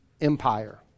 empire